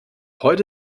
heute